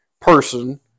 person